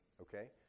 okay